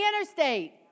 interstate